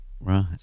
Right